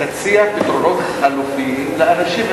תציע פתרונות חלופיים לאנשים,